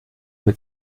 mit